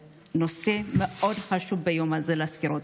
זה נושא שמאוד חשוב ביום הזה להזכיר אותו.